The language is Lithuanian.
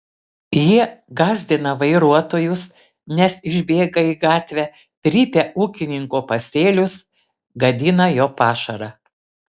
jie gąsdina vairuotojus nes išbėga į gatvę trypia ūkininko pasėlius gadina jo pašarą